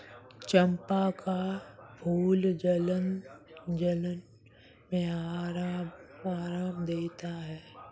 चंपा का फूल जलन में आराम देता है